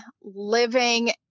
living